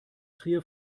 trier